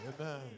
Amen